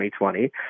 2020